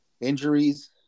injuries